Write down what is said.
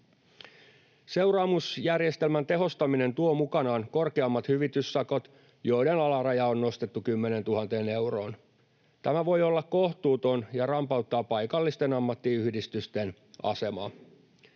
Seuraamusjärjestelmän tehostaminen tuo mukanaan korkeammat hyvityssakot, joiden alaraja on nostettu 10 000 euroon. Tämä voi olla kohtuuton ja rampauttaa paikallisten ammattiyhdistysten asemaa.